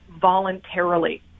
voluntarily